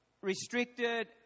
restricted